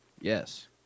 Yes